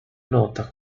nota